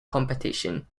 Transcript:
competition